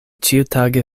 ĉiutage